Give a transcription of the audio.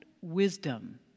wisdom